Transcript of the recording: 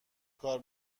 کار